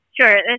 Sure